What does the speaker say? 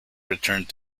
returned